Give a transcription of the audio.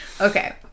Okay